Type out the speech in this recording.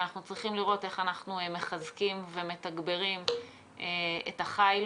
צריך לראות איך אנחנו מחזקים ומתגברים את החייל